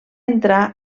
entrar